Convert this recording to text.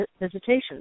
visitation